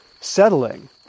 settling